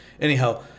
anyhow